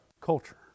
culture